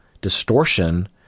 distortion